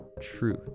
truth